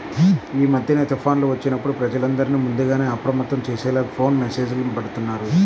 యీ మద్దెన తుఫాన్లు వచ్చినప్పుడు ప్రజలందర్నీ ముందుగానే అప్రమత్తం చేసేలా ఫోను మెస్సేజులు బెడతన్నారు